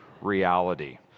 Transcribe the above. reality